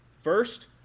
First